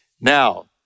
Now